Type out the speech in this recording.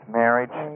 marriage